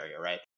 right